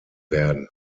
werden